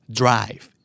drive